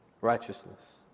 righteousness